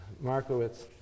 Markowitz